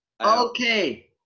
Okay